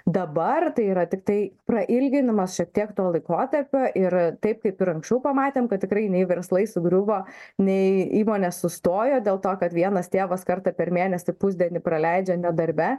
dabar tai yra tiktai prailginimas šiek tiek to laikotarpio ir taip kaip ir anksčiau pamatėm kad tikrai nei verslai sugriuvo nei įmonės sustojo dėl to kad vienas tėvas kartą per mėnesį pusdienį praleidžia ne darbe